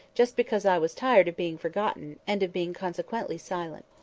just because i was tired of being forgotten, and of being consequently silent.